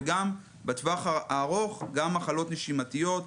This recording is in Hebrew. בטווח הארוך יש גם מחלות נשימתיות,